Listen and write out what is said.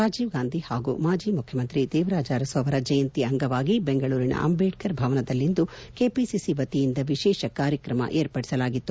ರಾಜೀವ್ ಗಾಂಧಿ ಹಾಗೂ ಮಾಜಿ ಮುಖ್ಯಮಂತ್ರಿ ದೇವರಾಜ ಅರಸು ಅವರ ಜಯಂತಿ ಅಂಗವಾಗಿ ಬೆಂಗಳೂರಿನ ಅಂಬೇಡ್ನರ್ ಭವನದಲ್ಲಿಂದು ಕೆಪಿಸಿಸಿ ವತಿಯಿಂದ ವಿಶೇಷ ಕಾರ್ಯಕ್ರಮ ಏರ್ಪಡಿಸಲಾಗಿತ್ತು